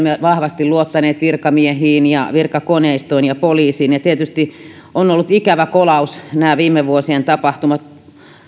vahvasti luottaneet virkamiehiin ja virkakoneistoon ja poliisiin ja tietysti nämä viime vuosien tapahtumat